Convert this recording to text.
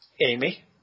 Amy